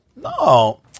No